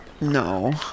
No